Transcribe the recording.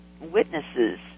witnesses